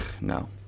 no